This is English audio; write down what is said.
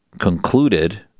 concluded